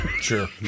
Sure